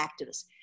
activists